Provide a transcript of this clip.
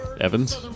Evans